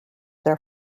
their